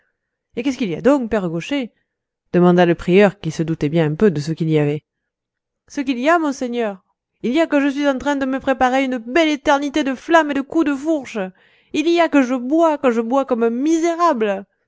qu'est-ce qu'il y a donc père gaucher demanda le prieur qui se doutait bien un peu de ce qu'il y avait ce qu'il y a monseigneur il y a que je suis en train de me préparer une belle éternité de flammes et de coups de fourche il y a que je bois que je bois comme un misérable